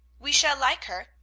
we shall like her.